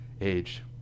age